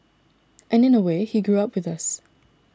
and in a way he grew up with us